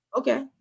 okay